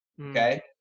okay